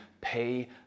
pay